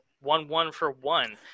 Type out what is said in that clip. one-one-for-one